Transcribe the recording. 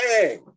bang